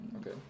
okay